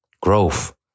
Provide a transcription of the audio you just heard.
Growth